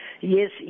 yes